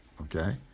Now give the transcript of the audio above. okay